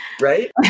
Right